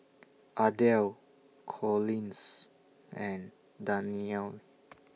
Ardell Collins and Danyelle